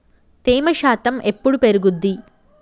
తేమ శాతం ఎప్పుడు పెరుగుద్ది?